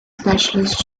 specialist